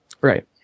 Right